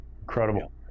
Incredible